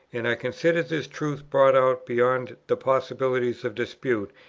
and i considered this truth brought out, beyond the possibility of dispute,